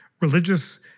religious